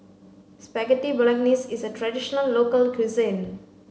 Spaghetti Bolognese is a traditional local cuisine